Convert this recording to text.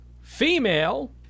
female